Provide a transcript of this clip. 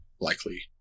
likely